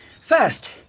First